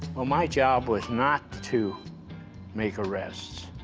my job was not to make arrests.